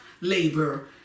labor